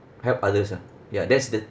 help others ah ya that's the